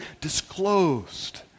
disclosed